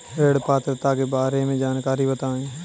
ऋण पात्रता के बारे में जानकारी बताएँ?